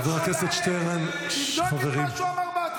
חבר הכנסת שטרן, ששש, חברים.